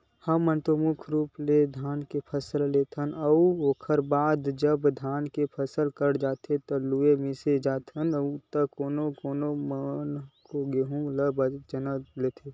हमन तो मुख्य रुप ले धान के फसल लेथन अउ ओखर बाद जब धान के फसल कट जाथे लुवा मिसा जाथे त कोनो कोनो मन गेंहू या चना लेथे